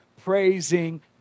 praising